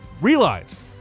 realized